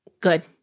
Good